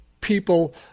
people